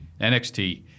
NXT